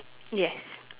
yes